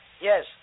Yes